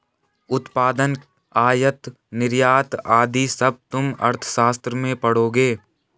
उत्पादन, आयात निर्यात आदि सब तुम अर्थशास्त्र में पढ़ोगे